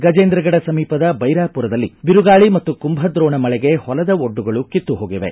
ಗಜೇಂದ್ರಗಡ ಸಮೀಪದ ಬೈರಾಪುರದಲ್ಲಿ ಬಿರುಗಾಳಿ ಮತ್ತು ಕುಂಭದೋಣ ಮಳೆಗೆ ಹೊಲದ ಒಡ್ಡುಗಳು ಕಿತ್ತು ಹೋಗಿವೆ